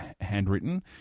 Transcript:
handwritten